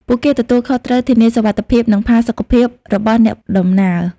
ពួកគេទទួលខុសត្រូវធានាសុវត្ថិភាពនិងផាសុកភាពរបស់អ្នកដំណើរ។